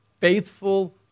faithful